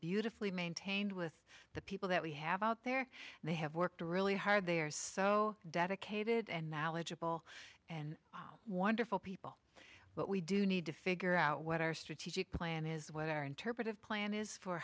beautifully maintained with the people that we have out there they have worked really hard they are so dedicated and knowledgeable and wonderful people but we do need to figure out what our strategic plan is what our interpretive plan is for